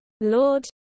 Lord